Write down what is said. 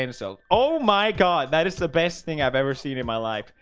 and so oh my god, that is the best thing i've ever seen in my life.